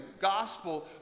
gospel